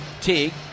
Teague